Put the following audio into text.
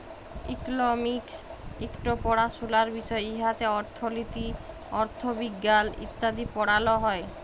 economics ইকট পাড়াশলার বিষয় উয়াতে অথ্থলিতি, অথ্থবিজ্ঞাল ইত্যাদি পড়াল হ্যয়